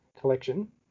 collection